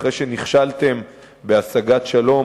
אחרי שנכשלתם בהשגת שלום,